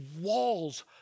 walls